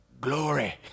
glory